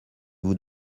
vous